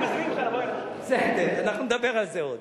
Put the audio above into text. אני מזמין אותך לבוא, בסדר, אנחנו נדבר על זה עוד.